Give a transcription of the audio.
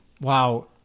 wow